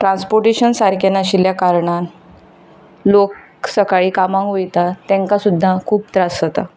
transportation सारकें नाशिल्ल्या कारणान लोक सकाळीं कामाक वयता तेंकां सुद्दां खूब त्रास जाता